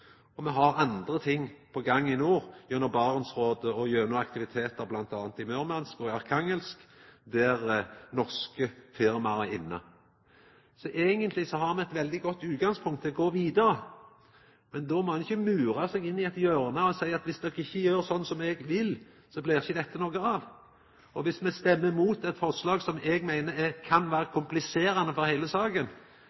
intensjonsavtalar, me har delelinja, som er løyst, og me har andre ting på gang i nord gjennom Barentsrådet og gjennom aktivitetar bl.a. i Murmansk og Arkhangelsk, der norske firma er inne. Eigentleg har me eit veldig godt utgangspunkt til å gå vidare, men då må ein ikkje mura seg inn i eit hjørne og seia: Dersom dykk ikkje gjer slik som eg vil, så blir ikkje dette noko av! Dersom me stemmer imot eit forslag som eg meiner kan